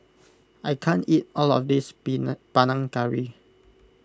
I can't eat all of this Panang Curry